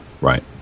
Right